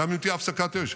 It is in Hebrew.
גם אם תהיה הפסקת אש,